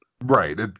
Right